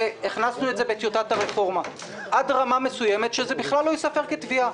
הכנסנו את זה בטיוטת הרפורמה: עד רמה מסוימת שזה בכלל לא ייספר כתביעה.